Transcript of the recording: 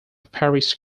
parish